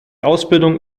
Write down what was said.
ausbildung